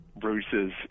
Bruce's